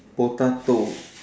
potato